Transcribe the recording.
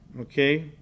Okay